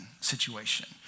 situation